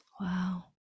Wow